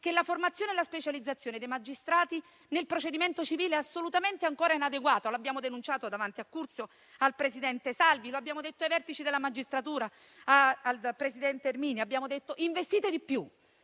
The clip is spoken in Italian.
che la formazione e la specializzazione dei magistrati nel procedimento civile è ancora inadeguata. Lo abbiamo denunciato davanti al presidente Curzio, al presidente Salvi, lo abbiamo detto ai vertici della magistratura e al presidente Ermini. Abbiamo detto che sono